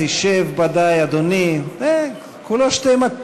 ישב, ואנחנו נשמע את הצהרת האמונים שלך.